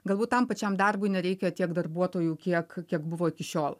galbūt tam pačiam darbui nereikia tiek darbuotojų kiek kiek buvo iki šiol